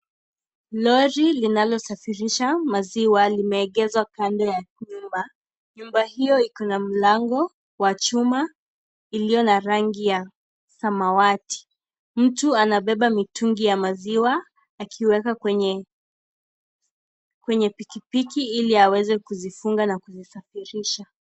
Lori linalosafirisha maziwa limeegeshwa kando ya nyumba. Nyumba hiyo iko na mlango wa chuma iliyo na rangi ya samawati. Mtu anabeba mitungi ya maziwa akiweka kwenye pikipiki ili aweze kuzifunga na kizisafirisha.